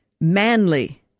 manly